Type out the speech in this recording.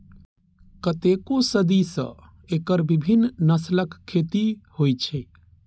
कतेको सदी सं एकर विभिन्न नस्लक खेती होइ छै